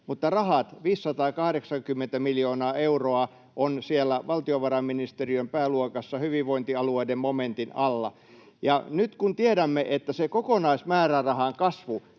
mutta rahat, 580 miljoonaa euroa, ovat valtiovarainministeriön pääluokassa hyvinvointialueiden momentin alla. Nyt kun tiedämme, että se kokonaismäärärahan kasvu